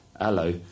Hello